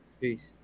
Peace